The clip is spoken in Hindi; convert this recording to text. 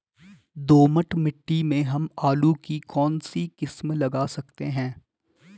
दोमट मिट्टी में हम आलू की कौन सी किस्म लगा सकते हैं?